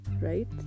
right